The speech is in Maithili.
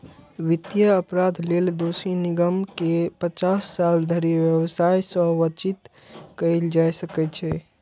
वित्तीय अपराध लेल दोषी निगम कें पचास साल धरि व्यवसाय सं वंचित कैल जा सकै छै